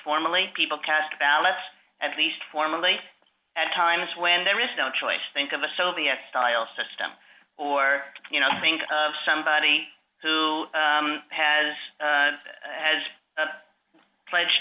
formally people cast ballots at least formally at times when there is no choice think of a soviet style system or you know think of somebody who has has pledged